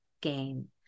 game